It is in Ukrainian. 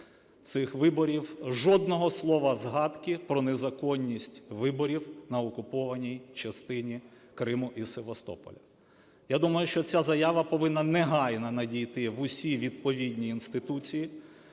цих виборів, жодного слова згадки про незаконність виборів на окупованій частині Криму і Севастополя. Я думаю, що ця заява повинна негайно надійти в усі відповідні інституції,